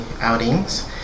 outings